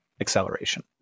acceleration